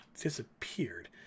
disappeared